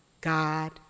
God